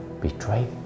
betrayed